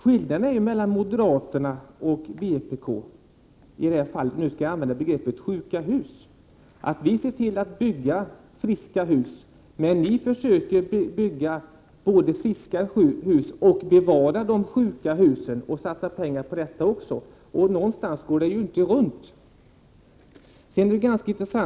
Skillnaden mellan moderaterna och vpk är — om jag nu skall använda begreppet sjuka hus — att vi ser till att det byggs friska hus, Prot. 1988/89:104 medan ni försöker bygga båda friska hus och bevara de sjuka husen. Ni vill 26 april 1989 satsa pengar även på de senare. Men detta går inte ihop.